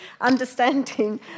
Understanding